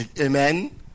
Amen